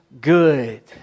good